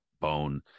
bone